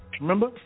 remember